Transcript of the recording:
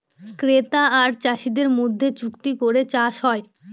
ক্রেতা আর চাষীদের মধ্যে চুক্তি করে চাষ হয়